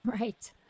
Right